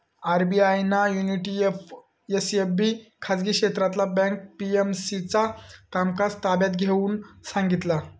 RBI ना unity SFB खाजगी क्षेत्रातला बँक पी.एम.सी चा कामकाज ताब्यात घेऊन सांगितला